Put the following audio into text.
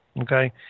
Okay